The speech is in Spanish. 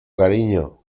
cariño